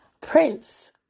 Prince